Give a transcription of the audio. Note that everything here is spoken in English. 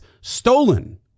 stolen